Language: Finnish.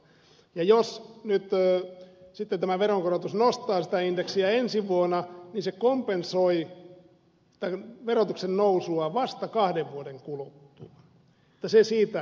jos nyt sitten tämä veronkorotus nostaa sitä indeksiä ensi vuonna niin se kompensoi verotuksen nousua vasta kahden vuoden kuluttua niin että se siitä oikeudenmukaisuudesta